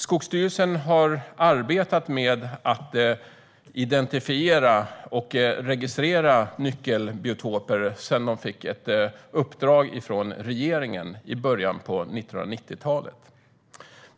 Skogsstyrelsen har arbetat med att identifiera och registrera nyckelbiotoper sedan de fick ett uppdrag från regeringen i början av 1990-talet.